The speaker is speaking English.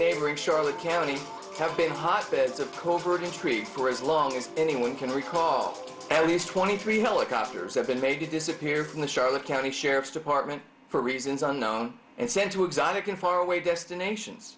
neighboring charlotte county have been hotbeds of covert intrigue for as long as anyone can recall at least twenty three helicopters have been made to disappear in the charlotte county sheriff's department for reasons unknown and sent to exotic and far away destinations